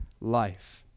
life